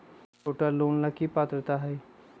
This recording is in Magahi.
छोटा लोन ला की पात्रता है?